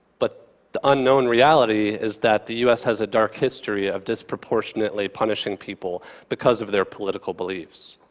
but the unknown reality is that the us has a dark history of disproportionately punishing people because of their political beliefs.